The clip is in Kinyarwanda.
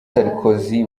sarkozy